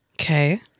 Okay